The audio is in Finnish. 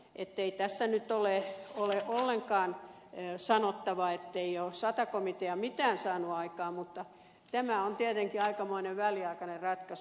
ei tässä nyt ole ollenkaan sanottava ettei ole sata komitea mitään saanut aikaan mutta tämä on tietenkin aikamoinen väliaikainen ratkaisu